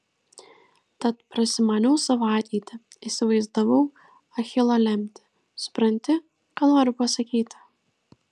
tad prasimaniau savo ateitį įsivaizdavau achilo lemtį supranti ką noriu pasakyti